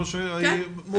ראש עיריית אום אל פאחם,